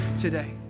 today